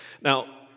Now